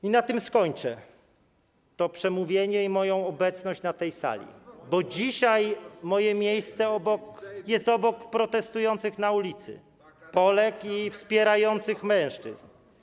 I na tym skończę to przemówienie i moją obecność na tej sali, bo dzisiaj moje miejsce jest obok protestujących na ulicy, Polek i wspierających mężczyzn.